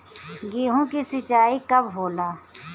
गेहूं के सिंचाई कब होला?